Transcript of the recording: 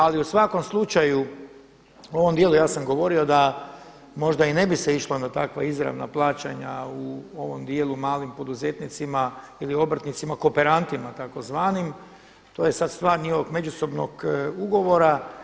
Ali u svakom slučaju u ovom dijelu ja sam govorio da možda i ne bi se išlo na takva izravna plaćanja u ovom dijelu, malim poduzetnicima, obrtnicima, kooperantima tzv., to je sada stvar njihovog međusobnog ugovora.